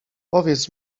powiedz